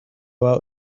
out